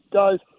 guys